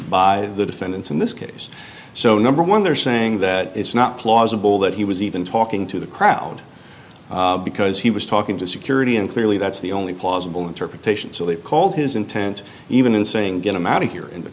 by the defendants in this case so number one they're saying that it's not plausible that he was even talking to the crowd because he was talking to security and clearly that's the only plausible interpretation so they've called his intent even in saying get him out of here